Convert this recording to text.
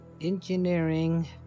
engineering